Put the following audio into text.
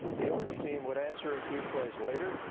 the orange team would answer a few plays later.